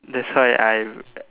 that's why I